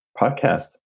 podcast